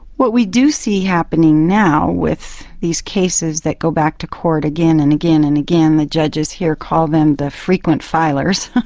what we do see happening now with these cases that go back to court again and again and again, and the judges here call them the frequent filers,